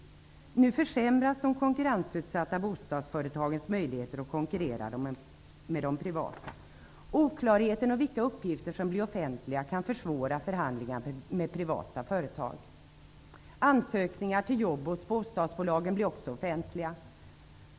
Nu försämras de konkurrensutsatta bostadsföretagens möjligheter att konkurrera med de privata. Oklarheten om vilka uppgifter som blir offentliga kan försvåra förhandlingar med privata företag. Ansökningar till jobb hos bostadsföretagen blir också offentliga.